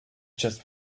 just